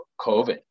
COVID